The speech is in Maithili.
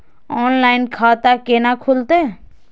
ऑनलाइन खाता केना खुलते?